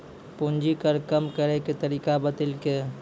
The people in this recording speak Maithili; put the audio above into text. पूंजी कर कम करैय के तरीका बतैलकै